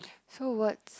so words